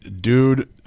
dude